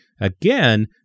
Again